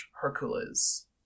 Hercules